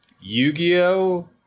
Yu-Gi-Oh